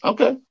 Okay